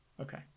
Okay